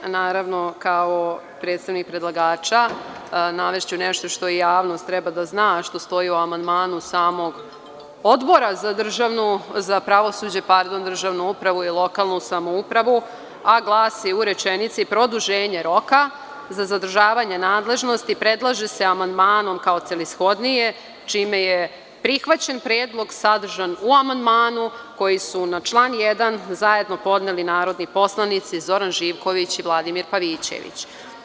Kao predstavnik predlagača navešću nešto što i javnost treba da zna, a što stoji u amandmanu samog Odbora za pravosuđe, državnu upravu i lokalnu samoupravu, a glasi u rečenici – produžavanje roka za zadržavanje nadležnosti predlaže se amandmanom kao celishodnije, čime je prihvaćen predlog sadržan u amandmanu koji su na član 1. podneli narodni poslanici Zoran Živković i Vladimir Pavićević.